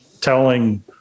telling